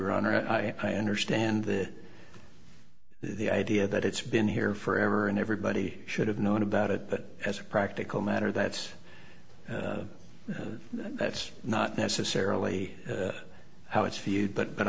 honor i understand that the idea that it's been here forever and everybody should have known about it but as a practical matter that's that's not necessarily how it's viewed but